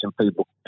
people